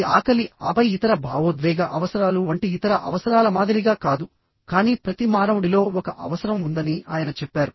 ఇది ఆకలి ఆపై ఇతర భావోద్వేగ అవసరాలు వంటి ఇతర అవసరాల మాదిరిగా కాదు కానీ ప్రతి మానవుడిలో ఒక అవసరం ఉందని ఆయన చెప్పారు